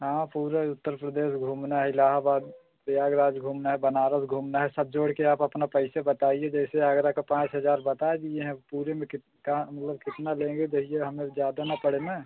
हाँ पूरा ही उत्तर प्रदेश घूमना है इलाहाबाद प्रयागराज घूमना है बनारस घूमना है सब जोड़कर आप अपना पैसे बताइए जैसे आगरा के पाँच हज़ार बताए दिए हैं अब पूरे में कहाँ मतलब कितना लेंगे जो यह हमें ज़्यादा ना पड़े ना